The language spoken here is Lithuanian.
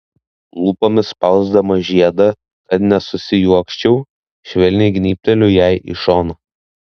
lūpomis spausdamas žiedą kad nesusijuokčiau švelniai gnybteliu jai į šoną